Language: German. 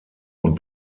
und